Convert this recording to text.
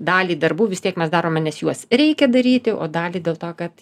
dalį darbų vis tiek mes darome nes juos reikia daryti o dalį dėl to kad